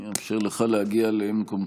אני אאפשר לך להגיע למקומך.